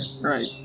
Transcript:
Right